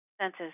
senses